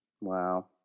wow